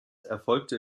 erfolgte